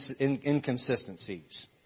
inconsistencies